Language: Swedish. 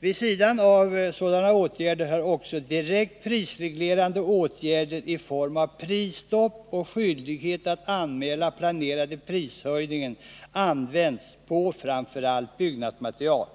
Vid sidan av sådana åtgärder har också direkt prisreglerande åtgärder i form av prisstopp och skyldighet att anmäla planerade prishöjningar använts på framför allt byggnadsmaterial.